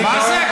מה זה תשתקי?